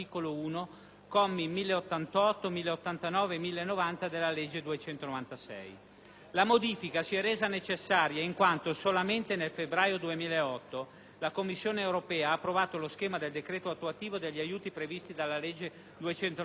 commi 1088, 1089 e 1090 della legge n. 296 del 2006. La modifica si è resa necessaria in quanto solamente nel febbraio del 2008 la Commissione europea ha approvato lo schema del decreto attuativo degli aiuti previsti dalla legge n.